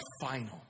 final